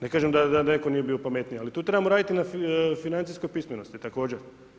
Ne kažem da netko nije bio pametniji, ali tu trebamo raditi na financijskoj pismenosti također.